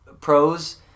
pros